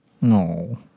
No